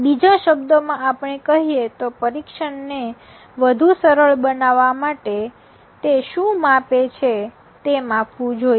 બીજા શબ્દોમાં આપણે કહીએ તો પરીક્ષણને વધુ સરળ બનાવવા માટે તે શું માપે છે તે માપવું જોઈએ